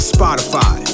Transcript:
Spotify